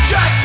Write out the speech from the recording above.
Jack